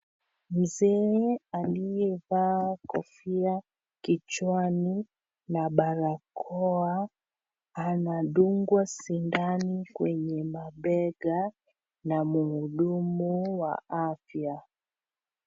Mzee aliyevaa kofia kichwani na barakoa. Anadungwa sindano kwenye mabega na mhudumu wa afya.